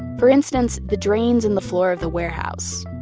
for instance, the drains in the floor of the warehouse.